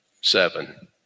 seven